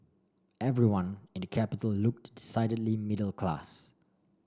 everyone in the capital looked decidedly middle class